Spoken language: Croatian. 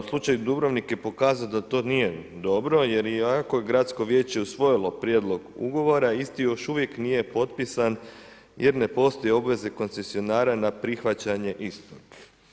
U slučaju Dubrovnik je pokazao da to nije dobro, jer iako je gradsko vijeće osvojilo prijedlog ugovora, isti još uvijek nije potpisan jer ne postoji obveze koncesionara na prihvaćanje istog.